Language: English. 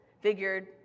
figured